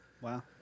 Wow